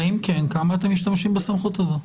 ואם כן, כמה אתם משתמשים בסמכות הזאת?